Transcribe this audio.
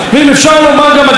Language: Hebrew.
במידה רבה מאוד.